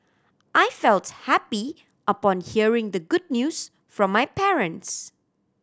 I felt happy upon hearing the good news from my parents